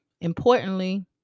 Importantly